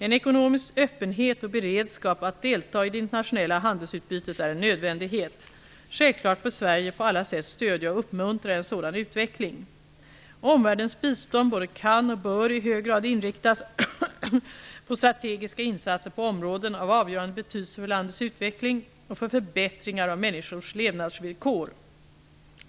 En ekonomisk öppenhet och beredskap att delta i det internationella handelsutbytet är en nödvändighet. Självklart bör Sverige på alla sätt stödja och uppmuntra en sådan utveckling. Omvärldens bistånd både kan och bör i hög grad inriktas på strategiska insatser på områden av avgörande betydelse för landets utveckling och för förbättringar av människors levnadsvillkor.